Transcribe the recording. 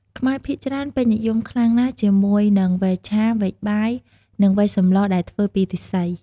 ខ្មែរភាគច្រើនពេញនិយមខ្លាំងណាស់ជាមួយនឹងវែកឆា វែកបាយ និងវែកសម្លដែលធ្វើពីឫស្សី។